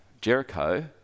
Jericho